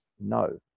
No